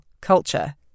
culture